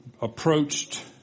approached